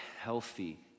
healthy